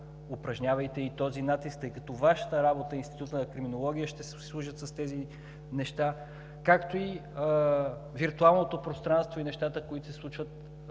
Упражнявайте и този натиск, тъй като е Ваша работа и на Института по криминология, ще се обслужва с тези неща, както и виртуалното пространство, и нещата, които се случват